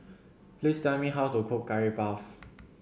please tell me how to cook Curry Puff